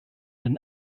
den